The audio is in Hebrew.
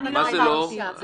אני לא אמרתי את זה.